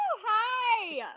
Hi